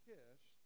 Kish